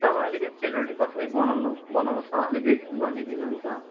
तपाईँ अलिकति सेलरोटी कसरी बनाउँनु बनाउँछ अलिक रेसिपी भनिदिनुहुन्छ